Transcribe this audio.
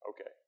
Okay